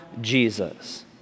Jesus